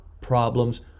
problems